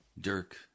Dirk